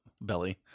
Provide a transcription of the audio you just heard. belly